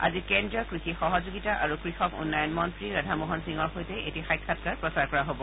আজি কেন্দ্ৰীয় কৃষি সহযোগিতা আৰু কৃষক উন্নয়ন মন্ত্ৰী ৰাধামোহন সিঙৰ সৈতে এটি সাক্ষাৎকাৰ প্ৰচাৰ কৰা হব